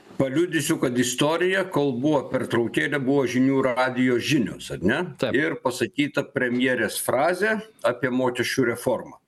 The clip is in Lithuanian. paliudysiu kad istorija kol buvo pertraukėlė buvo žinių radijo žinios ar ne ir pasakyta premjerės frazė apie mokesčių reformą